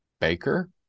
baker